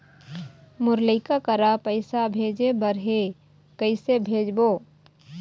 मोर लइका करा पैसा भेजें बर हे, कइसे भेजबो?